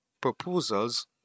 proposals